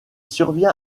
survient